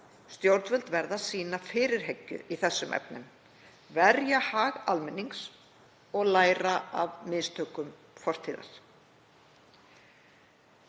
Stjórnvöld verða að sýna fyrirhyggju í þessum efnum, verja hag almennings og læra af mistökum fortíðar.